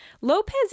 Lopez